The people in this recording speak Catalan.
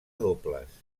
dobles